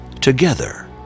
together